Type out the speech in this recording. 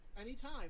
anytime